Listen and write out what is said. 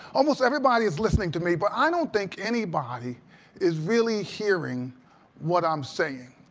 almost everybody is listening to me. but i don't think anybody is really hearing what i'm saying.